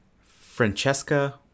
Francesca